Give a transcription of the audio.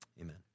amen